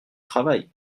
travail